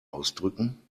ausdrücken